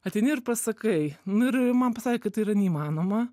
ateini ir pasakai nu ir man pasakė kad tai yra neįmanoma